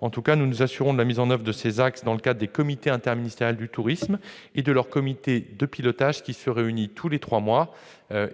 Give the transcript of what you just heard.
En tout cas, nous nous assurerons de la mise en oeuvre de ces axes dans le cadre des comités interministériels du tourisme et de leurs comités de pilotage, qui se réunissent tous les trois mois,